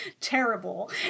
terrible